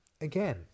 again